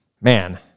man